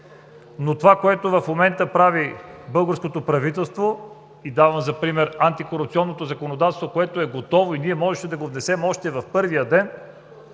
Но това, което в момента прави българското правителство и дава за пример антикорупционното законодателство, което е готово, и ние можеше да го внесем още в първия ден,